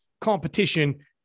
competition